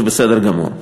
זה בסדר גמור.